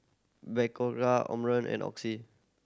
Omron and Oxy